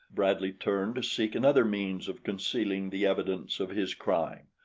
bradley turned to seek another means of concealing the evidence of his crime.